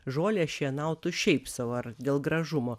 žolę šienautų šiaip sau ar dėl gražumo